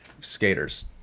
skaters